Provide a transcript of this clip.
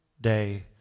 Day